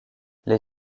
les